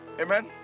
Amen